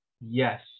yes